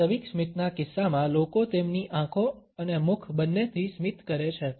વાસ્તવિક સ્મિતના કિસ્સામાં લોકો તેમની આંખો અને મુખ બંનેથી સ્મિત કરે છે